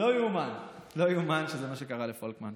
הבן שלך בן השנתיים.